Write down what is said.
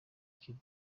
kiba